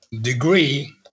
degree